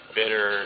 bitter